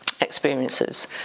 experiences